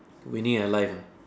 we need a life ah